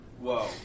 Whoa